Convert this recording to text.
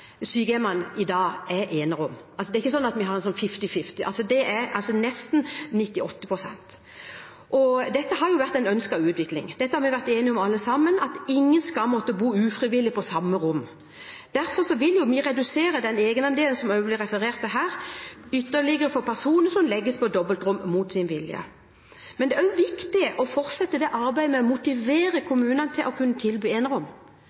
vi har 50/50, men det er altså nesten 98 pst. Dette har jo vært en ønsket utvikling, dette har vi vært enige om alle sammen, at ingen skal måtte bo ufrivillig på dobbeltrom. Og derfor vil vi redusere den egenandelen – som det også blir referert til her – ytterligere for personer som legges på dobbeltrom mot sin vilje. Men det er også viktig å fortsette arbeidet med å motivere kommunene til å kunne tilby enerom.